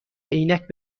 عینک